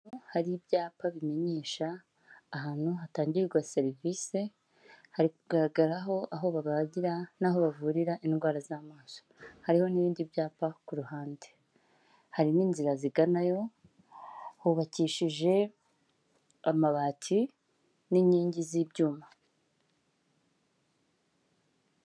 Hari ibyapa bimenyesha ahantu hatangirwa serivisi hagaragaraho aho babagira n'aho bavurira indwara z'amaso hariho n'ibindi byapa ku ruhande hari n'inzira ziganayo hubakishije amabati n'inkingi z'ibyuma.